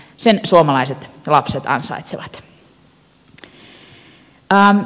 sen suomalaiset lapset ansaitsevat